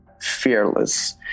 fearless